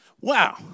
Wow